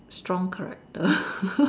strong character